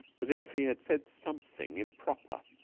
as if he had said something improper,